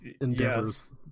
Endeavors